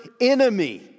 enemy